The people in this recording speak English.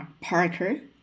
Parker